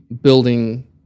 building